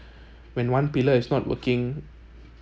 when one pillar is not working